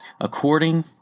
According